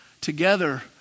together